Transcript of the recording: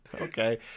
okay